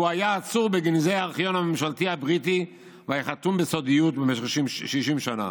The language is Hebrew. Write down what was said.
והיה אצור בגנזי הארכיון הממשלתי הבריטי והיה חתום בסודיות במשך 60 שנה.